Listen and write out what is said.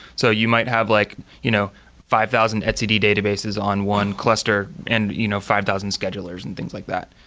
so you might have like you know five thousand etcd databases on one cluster and you know five thousand schedulers and things like that,